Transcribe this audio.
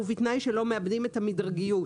ובתנאי שלא מאבדים את המדרגיות,